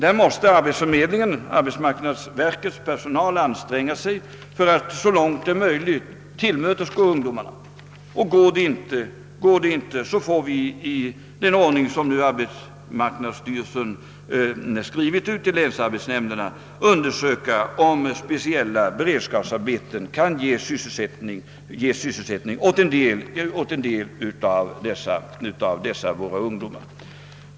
Där måste arbetsförmedlingen och arbetsmarknadsverkets personal anstränga sig för att så långt det är möjligt tillmötesgå ungdomarna. Lyckas inte det, får vi i den ordning, varom arbetsmarknadsstyrelsen skrivit till. länsarbetsnämnderna, undersöka om speciella beredskapsarbeten kan ge sysselsättning åt en del av dessa ungdomar.